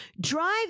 drive